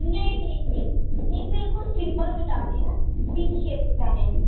नेईं नेईं नेईं नेईं बिल्कुल सिंपल कटाने न वी शेप कटाने न